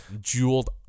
jeweled